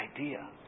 idea